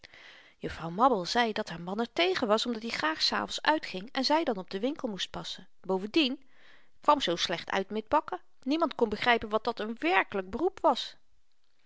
juffrouw mabbel zei dat haar man er tegen was omdat i graag s avends uitging en zy dan op den winkel moest passen bovendien t kwam zoo slecht uit met bakken niemand kon begrypen wat dat n werkelyk beroep was